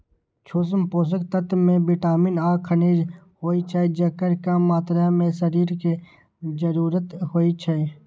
सूक्ष्म पोषक तत्व मे विटामिन आ खनिज होइ छै, जेकर कम मात्रा मे शरीर कें जरूरत होइ छै